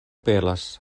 pelas